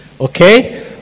Okay